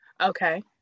Okay